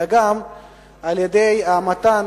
אלא גם על-ידי מתן,